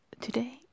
today